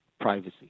privacy